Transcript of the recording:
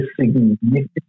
significant